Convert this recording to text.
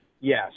yes